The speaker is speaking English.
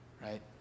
right